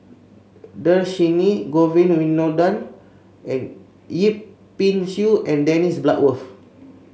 Dhershini Govin Winodan and Yip Pin Xiu and Dennis Bloodworth